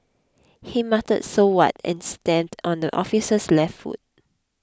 he muttered so what and stamped on the officer's left foot